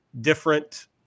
different